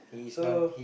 so